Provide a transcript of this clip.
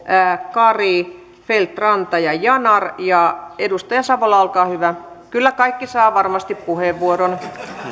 kari feldt ranta ja yanar edustaja savola olkaa hyvä kyllä kaikki saavat varmasti puheenvuoron nou